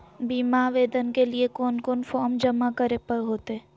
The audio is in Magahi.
बीमा आवेदन के लिए कोन कोन फॉर्म जमा करें होते